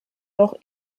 noch